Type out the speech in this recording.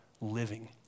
living